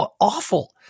Awful